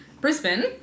Brisbane